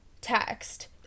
text